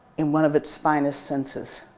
in one of its finest senses,